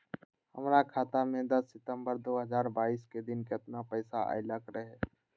हमरा खाता में दस सितंबर दो हजार बाईस के दिन केतना पैसा अयलक रहे?